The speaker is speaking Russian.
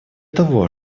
того